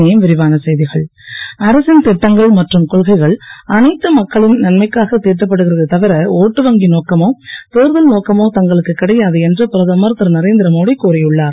இனி விரிவான செய்திகள் அரசின் திட்டங்கள் மற்றும் கொள்கைகள் அனைத்து மக்களின் நன்மைக்காகத் தீட்டப்படுகிறதே தவிர ஓட்டு வங்கி நோக்கமோ தேர்தல் நோக்கமோ தங்களுக்கு கிடையாது என்று பிரதமர் திருநரேந்திர மோடி கூறியுள்ளார்